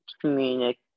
communicate